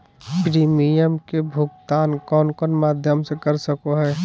Premium के भुक्तान कौन कौन माध्यम से कर सको है?